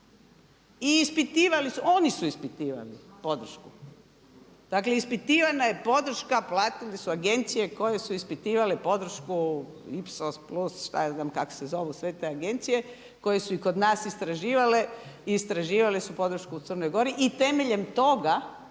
pozivnicu i oni su ispitivali podršku. Dakle ispitivana je podrška, platili su agencije koje su ispitivale podrške … plus šta ja znam kako se zovu sve te agencije koje su i kod nas istraživale i istraživale su podršku u Crnoj Gori i temeljem toga,